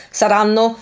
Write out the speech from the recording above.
saranno